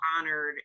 honored